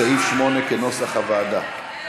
סעיף 8, כנוסח הוועדה.